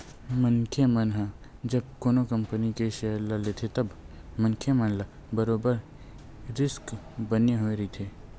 मनखे मन ह जब कोनो कंपनी के सेयर ल लेथे तब मनखे मन ल बरोबर रिस्क बने होय रहिथे